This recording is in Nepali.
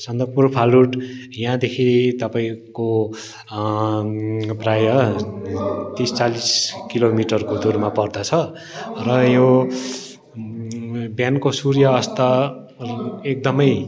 सन्दकपुर फालुट यहाँदेखि तपाईँको प्रायः तिस चालिस किलोमिटरको दूरीमा पर्दछ र यो बिहानको सूर्य अस्त एकदमै